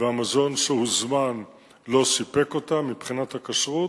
המזון שהוזמן לא סיפק אותם מבחינת הכשרות.